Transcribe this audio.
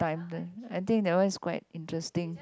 time then I think that one is quite interesting